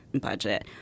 budget